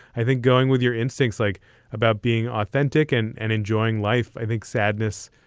i think, going with your instincts, like about being authentic and and enjoying life. i think sadness,